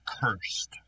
cursed